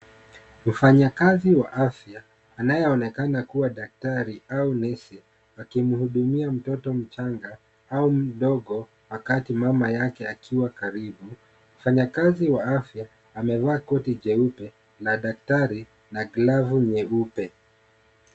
Mfanyakazi wa afya anayeonekana kuwa daktari au nesi, akimhudumia mtoto mchanga au mdogo wakati mama yake akiwa karibu. Mfanyakazi wa afya amevaa koti jeupe la daktari na glavu nyeupe.